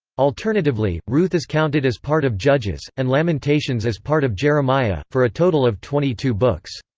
alternatively, ruth is counted as part of judges, and lamentations as part of jeremiah, for a total of twenty two books.